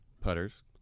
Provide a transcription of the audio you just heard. putters